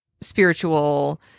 spiritual